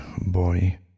boy